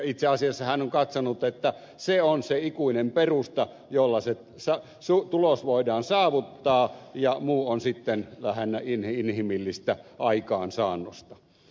itse asiassa hän on katsonut että se on se ikuinen perusta jolla se tulos voidaan saavuttaa ja muu on sitten lähinnä inhimillistä aikaansaannosta